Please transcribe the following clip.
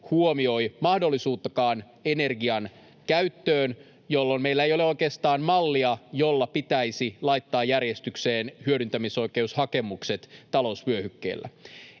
huomioi mahdollisuuttakaan energiankäyttöön, jolloin meillä ei ole oikeastaan mallia, jolla pitäisi laittaa järjestykseen hyödyntämisoikeushakemukset talousvyöhykkeellä.